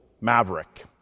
Maverick